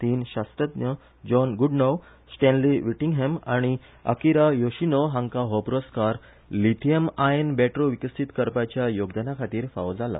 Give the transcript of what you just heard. तीन शास्त्रज्ञ John Goodenough Stanley Whittingham आनी आकिरा योशिनो हांकां हो पुरस्कार लिथीयन आयन बॅटऱ्यो विकसीत करपाच्या योगदाना खातीर फावो जाला